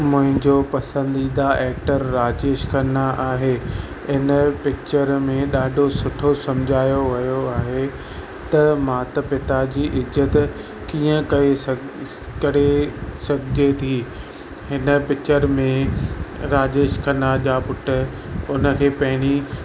मुंहिंजो पसंदीदा एक्टर राजेश खन्ना आहे इन पिक्चर में ॾाढो सुठो सम्झायो वियो आहे त माता पिता जी इज़त कीअं करे सघ करे सघिजे थी हिन पिक्चर में राजेश खन्ना जा पुट उनखे पहिरीं